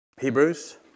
Hebrews